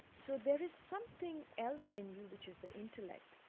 so there is something else in you which is the intellect,